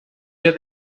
have